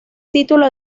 título